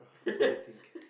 what do you think